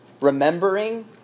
remembering